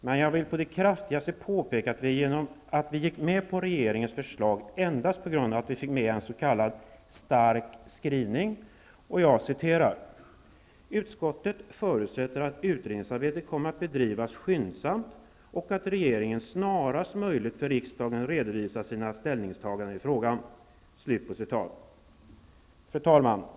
Men jag vill på det kraftigaste påpeka att vi gick med på regeringens förslag endast på grund av att vi fick med en s.k. stark skrivning: ''Utskottet förutsätter att utredningsarbetet kommer att bedrivas skyndsamt och att regeringen snarast möjligt för riksdagen redovisar sina ställningstaganden i frågan.'' Fru talman!